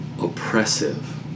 oppressive